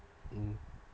mm